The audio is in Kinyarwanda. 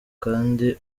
kandi